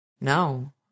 No